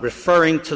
referring to